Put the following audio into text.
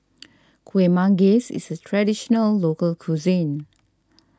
Kuih Manggis is a Traditional Local Cuisine